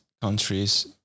countries